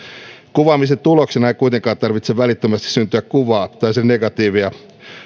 kuvaamisen tuloksena ei kuitenkaan tarvitse välittömästi syntyä kuvaa tai sen negatiivia